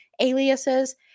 aliases